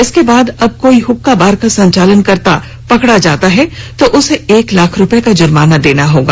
इसके बाद अब कोई हुक्का बार का संचालन करते हुए पकड़ा जाता है तो उसे एक लाख रुपये का जुर्माना देना होगा